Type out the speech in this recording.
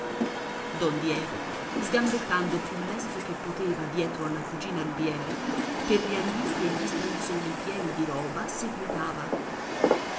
don diego sgambettando più lesto che poteva dietro alla cugina rubiera per gli anditi e gli stanzoni pieni di roba seguitava